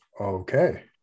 Okay